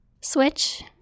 Switch